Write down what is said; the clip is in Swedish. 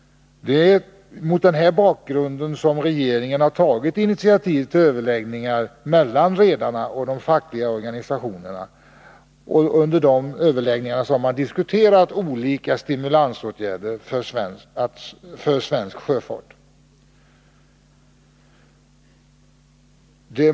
Mot denna bakgrund har regeringen tagit initiativ till överläggningar mellan redarna och de fackliga organisationerna. Under de överläggningarna har man diskuterat olika stimulansåtgärder för svensk sjöfart.